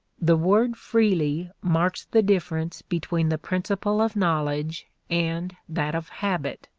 the word freely marks the difference between the principle of knowledge and that of habit.